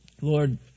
Lord